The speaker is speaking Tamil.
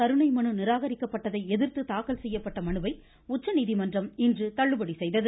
கருணை நிராகரிக்கப்பட்டதை எதிர்த்து தாக்கல் செய்யப்பட்ட மன மனுவை உச்சநீதிமன்றம் இன்று தள்ளுபடி செய்தது